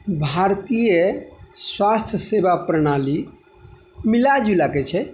भारतीय स्वास्थ्य सेवा प्रणाली मिलाजुलाके छै